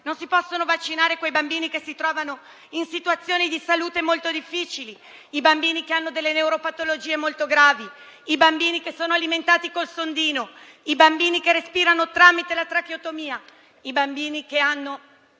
Non si possono vaccinare quei bambini che si trovano in situazioni di salute molto difficili: i bambini che hanno delle neuropatologie molto gravi; i bambini che sono alimentati con il sondino; i bambini che respirano tramite la tracheotomia e i bambini che hanno